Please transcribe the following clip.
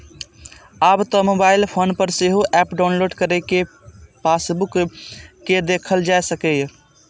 आब तं mobile phone पर सेहो एप डाउलोड कैर कें पासबुक कें देखल जा सकैए